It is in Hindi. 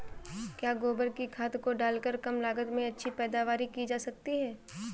क्या गोबर की खाद को डालकर कम लागत में अच्छी पैदावारी की जा सकती है?